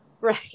Right